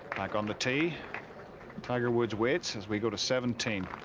like on the tee tiger woods waits as we go to seventeen.